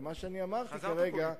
מה שאמרתי כרגע הוא,